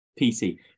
pc